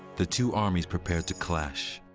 the two armies prepared to clash.